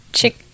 Chick